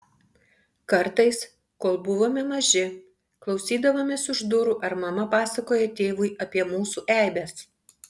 kartais kol buvome maži klausydavomės už durų ar mama pasakoja tėvui apie mūsų eibes